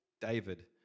David